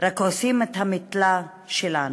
רק עושים את המטלה שלנו,